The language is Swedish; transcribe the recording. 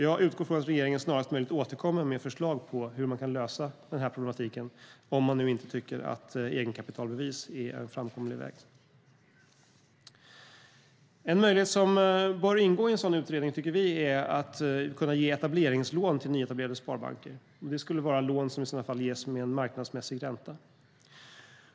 Jag utgår från att regeringen snarast möjligt återkommer med ett förslag på hur man kan lösa den här problematiken om man nu inte tycker att egenkapitalbevis är framkomlig väg. En möjlighet som bör ingå i en sådan utredning, tycker vi, är att kunna ge etableringslån till nyetablerade sparbanker. Det skulle i så fall vara lån till en marknadsmässig ränta.